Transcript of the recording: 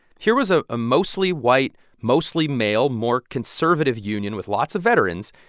here was a ah mostly white, mostly male, more conservative union with lots of veterans.